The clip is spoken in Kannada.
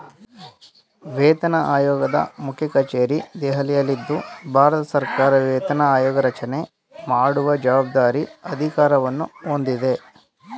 ವೇತನಆಯೋಗದ ಮುಖ್ಯಕಚೇರಿ ದೆಹಲಿಯಲ್ಲಿದ್ದು ಭಾರತಸರ್ಕಾರ ವೇತನ ಆಯೋಗರಚನೆ ಮಾಡುವ ಜವಾಬ್ದಾರಿ ಅಧಿಕಾರವನ್ನು ಹೊಂದಿದೆ